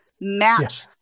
match